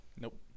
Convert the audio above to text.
Nope